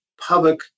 public